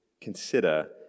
consider